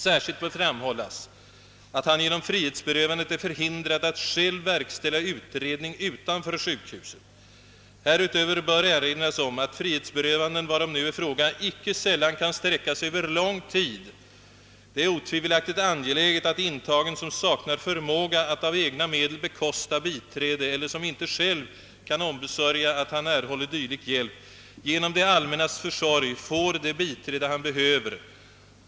Särskilt bör framhållas, att han genom frihetsberövandet är förhindrad att själv verkställa utredning utanför sjukhuset. Härutöver bör erinras om att frihetsberövanden, varom nu är fråga, icke sällan kan sträcka sig över lång tid. Det är otvivelaktigt angeläget, att intagen, som saknar förmåga att av egna medel bekosta biträde eller som icke själv kan ombesörja att han erhåller dylik hjälp, genom det allmännas försorg får det biträde han behöver.